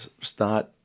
start